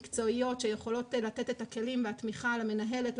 מקצועיות שיכולות לתת את הכלים והתמיכה למנהלת,